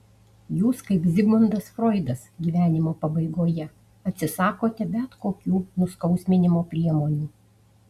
jūs kaip zigmundas froidas gyvenimo pabaigoje atsisakote bet kokių nuskausminimo priemonių